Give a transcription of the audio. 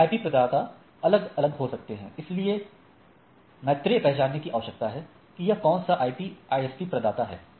यह आईपी प्रदाता अलग हो सकते हैं इसलिए इसलिए मैत्रेय पहचानने की आवश्यकता है कि यह कौन सा IP ISP प्रदाता है